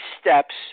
steps